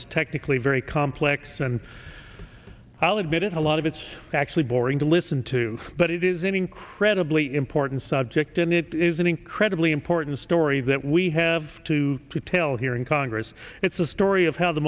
is technically very complex and i'll admit it a lot of it's actually boring to listen to but it is an incredibly important subject and it is an incredibly important story that we have to detail here in congress it's a story of how the